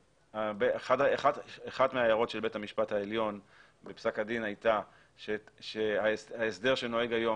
אחת ההערות של בית המשפט העליון בפסק הדין הייתה שההסדר שנוהג היום,